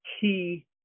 key